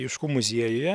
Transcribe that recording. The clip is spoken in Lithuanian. juškų muziejuje